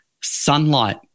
sunlight